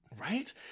Right